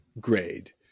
grade